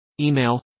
email